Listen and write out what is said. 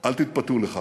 אל תתפתו לכך.